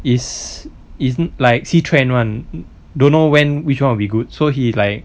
is isn't like see trend [one] don't know when which [one] will be good so he like